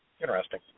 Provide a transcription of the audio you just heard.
Interesting